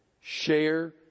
Share